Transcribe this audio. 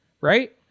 right